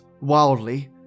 wildly